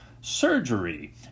surgery